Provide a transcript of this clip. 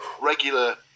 regular